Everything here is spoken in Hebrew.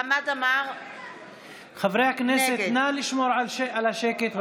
בעד חברי הכנסת נא לשמור על השקט,